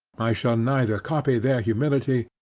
i shall neither copy their humility,